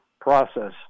process